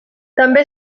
també